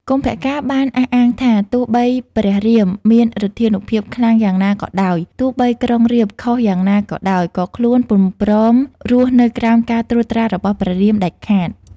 កុម្ពកាណ៍ បានអះអាងថា ទោះបីព្រះរាមមានឫទ្ធានុភាពខ្លាំងយ៉ាងណាក៏ដោយ ទោះបីក្រុងរាពណ៍ខុសយ៉ាងណាក៏ដោយ ក៏ខ្លួនពុំព្រមរស់ នៅក្រោមការត្រួតត្រារបស់ព្រះរាមដាច់ខាត។